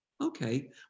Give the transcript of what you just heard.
Okay